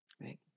right